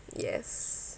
yes